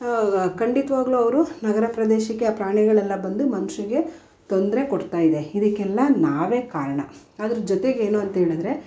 ಖಂಡಿತ್ವಾಗ್ಲೂ ಅವರು ನಗರ ಪ್ರದೇಶಕ್ಕೆ ಆ ಪ್ರಾಣಿಗಳೆಲ್ಲ ಬಂದು ಮನುಷ್ಯರಿಗೆ ತೊಂದರೆ ಕೊಡ್ತಾಯಿದೆ ಇದಕ್ಕೆಲ್ಲ ನಾವೇ ಕಾರಣ ಅದರ ಜೊತೆಗೆ ಏನು ಅಂತ್ಹೇಳಿದ್ರೆ